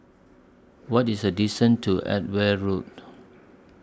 What IS The distance to Edgware Road